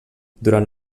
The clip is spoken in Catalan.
durant